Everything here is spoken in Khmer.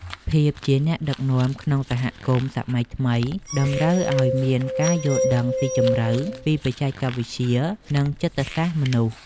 ភាពជាអ្នកដឹកនាំក្នុងសហគមន៍សម័យថ្មីតម្រូវឱ្យមានការយល់ដឹងស៊ីជម្រៅពីបច្ចេកវិទ្យានិងចិត្តសាស្ត្រមនុស្ស។